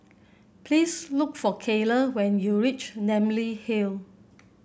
please look for Cayla when you reach Namly Hill